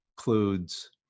includes